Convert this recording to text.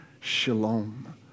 shalom